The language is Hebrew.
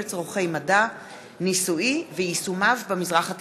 לצורכי מדע ניסויי ויישומיו במזרח התיכון.